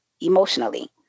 emotionally